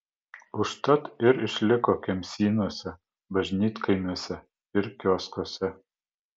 užtat ir išliko kemsynuose bažnytkaimiuose ir kioskuose